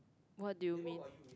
what do you mean